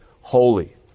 holy